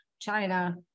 China